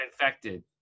infected